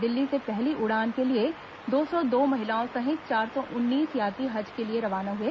दिल्ली से पहली उड़ान से दो सौ दो महिलाओं सहित चार सौ उन्नीस यात्री हज के लिए रवाना हुए